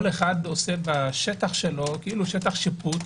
כל אחד עושה בשטח שלו שטח שיפוט.